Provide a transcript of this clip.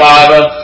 Father